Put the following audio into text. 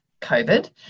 COVID